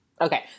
Okay